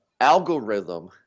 algorithm –